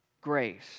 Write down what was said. Grace